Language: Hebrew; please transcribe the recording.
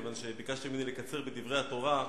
כיוון שביקשת ממני לקצר בדברי התורה,